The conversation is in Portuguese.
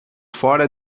fora